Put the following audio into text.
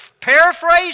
paraphrase